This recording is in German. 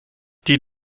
die